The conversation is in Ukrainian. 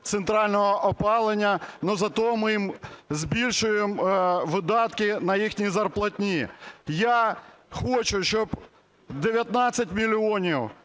центрального опалення, но зате ми їм збільшуємо видатки на їхні зарплатні. Я хочу, щоб 19 мільйонів